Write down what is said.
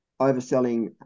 overselling